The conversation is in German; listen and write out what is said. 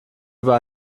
über